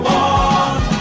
one